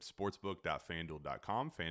sportsbook.fanduel.com